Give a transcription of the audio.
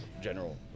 general